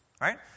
right